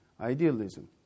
idealism